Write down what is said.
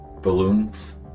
Balloons